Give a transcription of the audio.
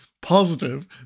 positive